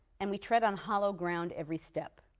and we tread on hollow ground every step.